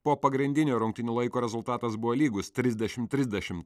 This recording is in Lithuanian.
po pagrindinio rungtynių laiko rezultatas buvo lygus trisdešim trisdešim